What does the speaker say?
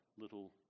little